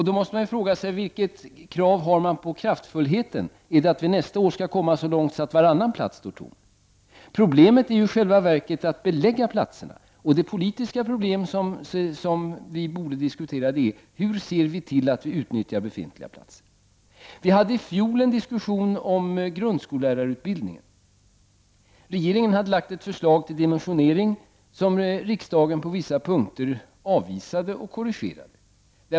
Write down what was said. Då måste man fråga sig: Vilket krav har man på kraftfullhet — är det att vi nästa år skall komma så långt att varannan plats står tom? Problemet är i själva verket att belägga platserna. Det politiska problem som vi borde diskutera är: Hur kan vi se till att befintliga platser utnyttjas? Vi hade i fjol en diskussion om grundskollärarutbildningen. Regeringen hade lagt fram ett förslag till dimensionering som riksdagen på vissa punkter avvisade och korrigerade.